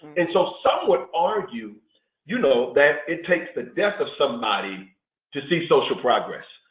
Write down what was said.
and so some would argue you know that it takes the death of somebody to see social progress.